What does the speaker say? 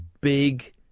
big